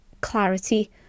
clarity